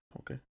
okay